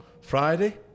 Friday